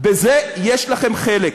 בזה יש לכם חלק.